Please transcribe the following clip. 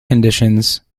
conditions